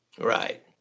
Right